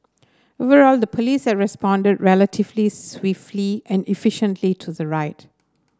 overall the police has responded relatively swiftly and efficiently to the riot